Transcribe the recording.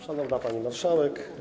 Szanowna Pani Marszałek!